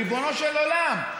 ריבונו של עולם,